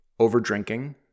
overdrinking